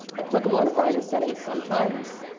applicable in um kind of settings, sometimes.